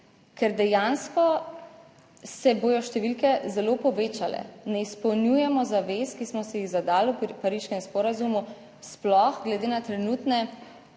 ker dejansko se bodo številke zelo povečale, ne izpolnjujemo zavez, ki smo si jih zadali v pariškem sporazumu, sploh glede na trenutne